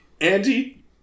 Andy